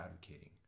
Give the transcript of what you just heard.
advocating